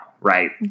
Right